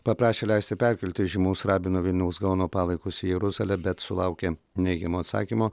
paprašė leisti perkelti žymaus rabino vilniaus gaono palaikus į jeruzalę bet sulaukė neigiamo atsakymo